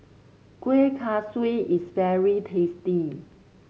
Kueh Kaswi is very tasty